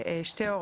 יש מצב שישלמו